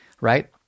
right